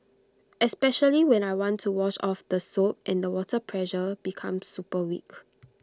especially when I want to wash off the soap and the water pressure becomes super weak